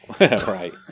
Right